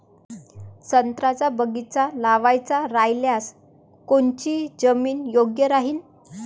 संत्र्याचा बगीचा लावायचा रायल्यास कोनची जमीन योग्य राहीन?